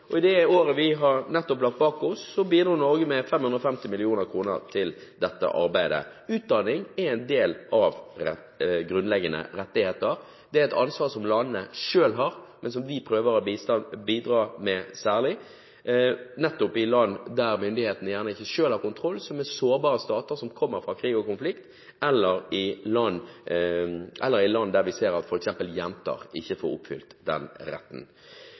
og i det året vi nettopp har lagt bak oss, bidrar Norge med 550 mill. kr til dette arbeidet. Utdanning er en del av grunnleggende rettigheter. Det har landene selv ansvar for, men vi prøver særlig å bidra nettopp i land der myndighetene ikke selv har kontroll, i sårbare stater med krig og konflikt, eller i land der vi ser at f.eks. jenter ikke får oppfylt den retten.